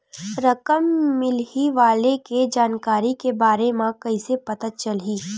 रकम मिलही वाले के जानकारी के बारे मा कइसे पता चलही?